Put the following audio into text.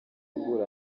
guhura